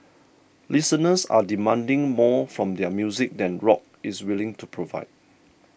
listeners are demanding more from their music than rock is willing to provide